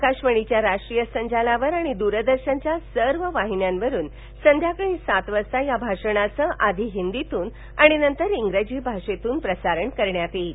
आकाशवाणीच्या राष्ट्रीय संजालावर आणि दूरदर्शनच्या सर्व वाहिन्यांवरून संध्याकाळी सात वाजता या भाषणाचं आधी हिंदीतून आणि नंतर इंग्रजी भाषेतून प्रसारण करण्यात येईल